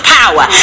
power